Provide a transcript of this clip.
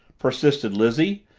persisted lizzie,